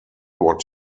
what